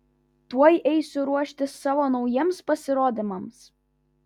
tuoj eisiu ruoštis savo naujiems pasirodymams